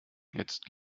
jetzt